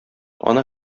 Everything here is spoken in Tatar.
аны